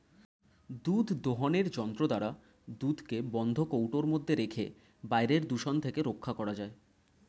দুধ দোহনের যন্ত্র দ্বারা দুধকে বন্ধ কৌটোর মধ্যে রেখে বাইরের দূষণ থেকে রক্ষা করা যায়